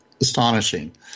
astonishing